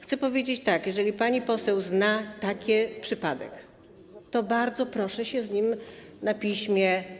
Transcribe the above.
Chcę powiedzieć tak: Jeżeli pani poseł zna taki przypadek, to bardzo proszę zgłosić to na piśmie.